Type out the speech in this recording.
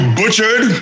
butchered